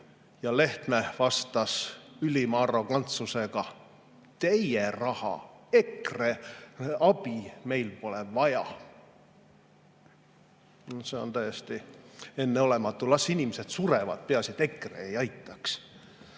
Lehtme vastas ülima arrogantsusega: teie raha, EKRE, teie abi meil pole vaja. See on täiesti enneolematu! Las inimesed surevad, peaasi, et EKRE ei aitaks.